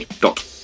dot